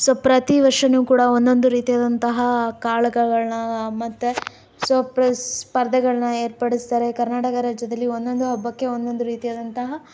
so ಪ್ರತಿ ವರ್ಷ ನೀವು ಕೂಡ ಒಂದೊಂದು ರೀತಿಯಾದಂತಹ ಕಾಳಗಗಳನ್ನ ಮತ್ತೆ ಸೊ ಸ್ಪರ್ಧೆಗಳನ್ನ ಏರ್ಪಡಿಸ್ತಾರೆ ಕರ್ನಾಟಕ ರಾಜ್ಯದಲ್ಲಿ ಒಂದೊಂದು ಹಬ್ಬಕ್ಕೆ ಒಂದೊಂದು ರೀತಿಯಾದಂತಹ